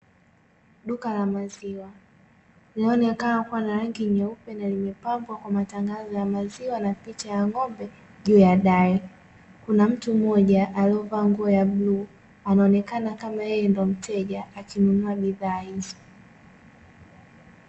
Duka la maziwa, linaloonekana kuwa na rangi nyeupe iliyopambwa kwa matangazo ya maziwa na picha ya ng'ombe juu ya dari, kuna mtu mmoja aliyevaa nguo ya bluu, anaonekana kama yeye ndo mteja akinunua bidhaa hizo.